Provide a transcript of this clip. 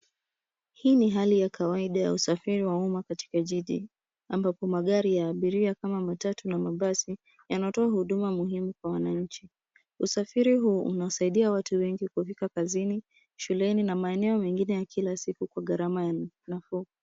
Hii ni hali ya kawaida ya usafiri wa umma katika jiji, ambapo magari ya abiria kama matatu na mabasi yanatoa huduma muhimu kwa wananchi. Usafiriri huu unasaidia watu wengi kufika kazini ,shuleni na maeneo mengine ya kila siku kwa ghalama nafuu.